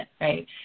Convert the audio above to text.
right